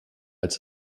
als